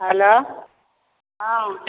hello हँ